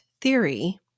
theory